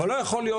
לא יכול להיות,